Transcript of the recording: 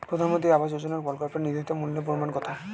প্রধানমন্ত্রী আবাস যোজনার প্রকল্পের নির্ধারিত মূল্যে পরিমাণ কত?